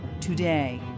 today